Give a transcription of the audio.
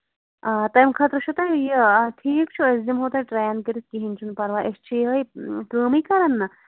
آ تَمہِ خٲطرٕ چھُو تۄہہِ یہِ اَدٕ ٹھیٖک چھُ أسۍ دِمہوو تۄہہِ ٹرین کٔرِتھ کِہیٖنٛۍ چھُنہٕ پَرواے أسۍ چھِ یِہےَ کٲمٕے کران نا